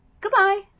Goodbye